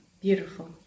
Beautiful